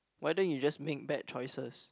why don't you just make bad choices